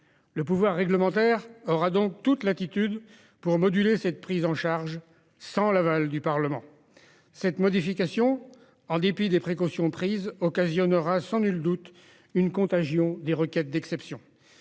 Le pouvoir réglementaire aura donc toute latitude pour moduler cette prise en charge sans l'aval du Parlement. Cette modification, en dépit des précautions prises, occasionnera sans nul doute une contagion des requêtes d'exception.